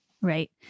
Right